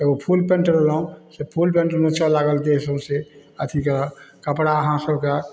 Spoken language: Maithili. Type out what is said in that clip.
एगो फुलपेन्ट लेलहुॅं से फुलपेन्ट नोचऽ लागल देह सौँसे अथीके कपड़ा अहाँ सबके